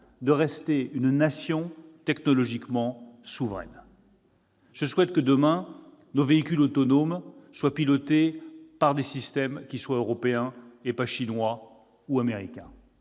de rester une nation technologiquement souveraine. Je souhaite que, demain, nos véhicules autonomes soient pilotés par des systèmes européens, et non chinois ou américains.